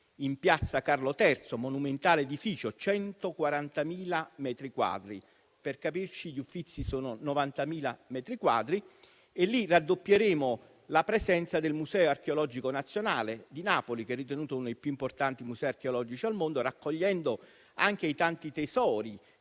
in Piazza Carlo III, monumentale edificio di 140.000 metri quadrati (per capirci, gli Uffizi si estendono per 90.000 metri quadrati) e lì raddoppieremo la presenza del Museo archeologico nazionale di Napoli, che è ritenuto uno dei più importanti musei archeologici al mondo, raccogliendo anche i tanti tesori